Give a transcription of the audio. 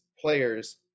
players